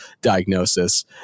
diagnosis